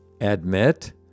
Admit